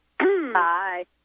Hi